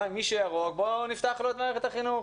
מי שהוא ירוק, נפתח לו את מערכת החינוך.